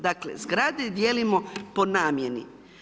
Dakle zgrade dijelimo po namjeni.